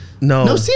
no